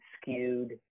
skewed